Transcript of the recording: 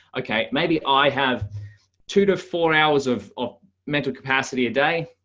okay, maybe i have two to four hours of of mental capacity day.